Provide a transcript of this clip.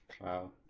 wow